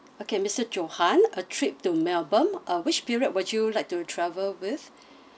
okay mister johan a trip to melbourne uh which period would you like to travel with